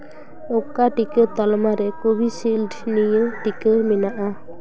ᱚᱠᱟ ᱴᱤᱠᱟᱹ ᱛᱟᱞᱢᱟ ᱨᱮ ᱠᱳᱵᱷᱤᱥᱤᱞᱰ ᱱᱤᱭᱩ ᱴᱤᱠᱟᱹ ᱢᱮᱱᱟᱜᱼᱟ